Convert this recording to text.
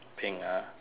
pink ah